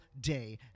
day